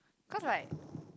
cause like